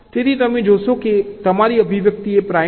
તેથી તમે જોશો કે તમારી અભિવ્યક્તિ એ પ્રાઇમ છે